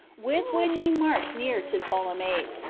with which he marched near to ptolemais,